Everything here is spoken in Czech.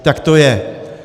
Tak to je.